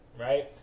right